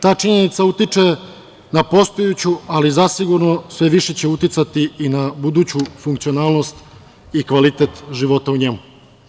Ta činjenica utiče na postojeću, ali zasigurno, sve više će uticati i na buduću funkcionalnost i kvalitet života u njemu.